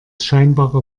scheinbare